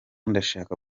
ndashaka